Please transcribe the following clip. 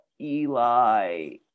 Eli